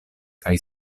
kaj